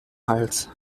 hals